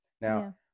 Now